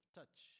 touch